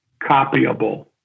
copyable